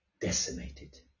decimated